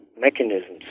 mechanisms